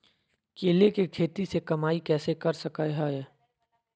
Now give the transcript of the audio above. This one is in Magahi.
केले के खेती से कमाई कैसे कर सकय हयय?